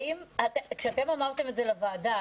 כשאתם אמרתם את זה לוועדה,